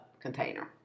container